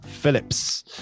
Phillips